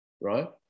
right